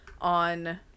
on